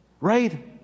right